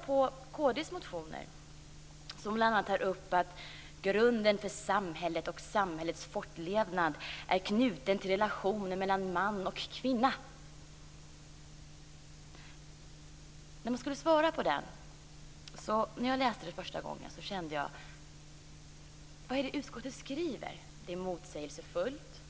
I kd:s motioner tar man bl.a. upp att grunden för samhället och samhällets fortlevnad är knuten till relationen mellan man och kvinna. Vi skulle svara på vad vi ansåg om motionen. När jag läste utskottsbetänkandet första gången undrade jag vad det är utskottet skriver. Det är motsägelsefullt.